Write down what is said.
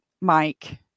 Mike